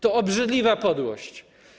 To obrzydliwa podłość.